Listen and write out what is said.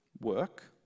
Work